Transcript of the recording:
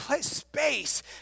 space